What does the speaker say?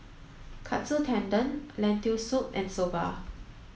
Katsu Tendon Lentil soup and Soba